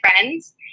friends